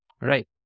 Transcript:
Right